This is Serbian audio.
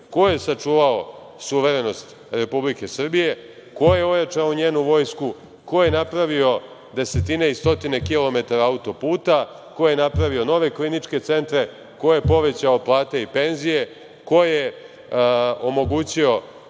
ko je sačuvao suverenost Republike Srbije, ko je ojačao njenu vojsku, ko je napravio desetine i stotine kilometara autoputa, ko je napravio nove kliničke centre, ko je povećao plate i penzije, ko je omogućio